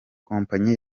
company